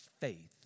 faith